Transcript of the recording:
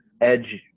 edge